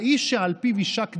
האיש שעל פיו יישק דבר,